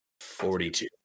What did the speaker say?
forty-two